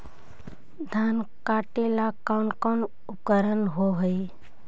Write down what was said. धान काटेला कौन कौन उपकरण होव हइ?